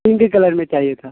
pink colour میں چاہیے تھا